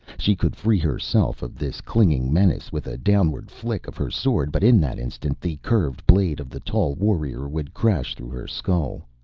she could free herself of this clinging menace with a downward flick of her sword, but in that instant the curved blade of the tall warrior would crash through her skull.